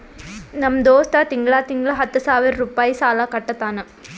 ನಮ್ ದೋಸ್ತ ತಿಂಗಳಾ ತಿಂಗಳಾ ಹತ್ತ ಸಾವಿರ್ ರುಪಾಯಿ ಸಾಲಾ ಕಟ್ಟತಾನ್